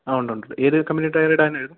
ആ ഉണ്ടുണ്ട് ഏത് കമ്പനിയുടെ ടയറിടാനായിരുന്നു